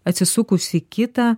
atsisukus į kitą